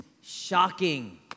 shocking